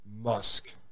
Musk